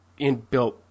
inbuilt